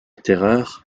terreur